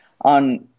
on